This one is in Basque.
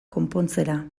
konpontzera